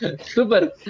super